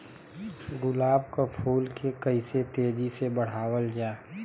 गुलाब क फूल के कइसे तेजी से बढ़ावल जा?